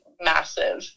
massive